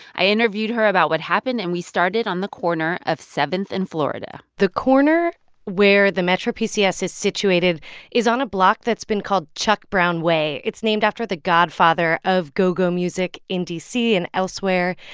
i interviewed her about what happened, and we started on the corner of seventh and florida the corner where the metro pcs is situated is on a block that's been called chuck brown way. it's named after the godfather of go-go music in d c. and elsewhere,